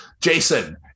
Jason